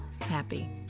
happy